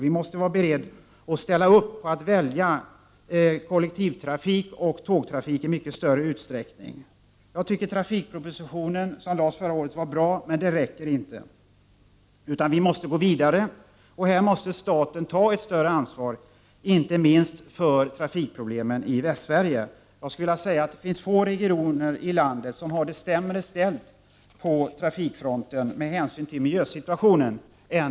Vi måste vara beredda att ställa upp och välja kollektivtrafik och tågtrafik i mycket större utsträckning. Trafikpropositionen som lades fram förra året var enligt min mening bra, men den räcker inte, utan vi måste gå vidare. Staten måste ta ett större ansvar, inte minst för att finna en lösning på trafikproblemen i Västsverige. Jag skulle vilja säga att det finns få regioner i landet som har det sämre ställt än Västsverige på trafikfronten med hänsyn till miljösituationen.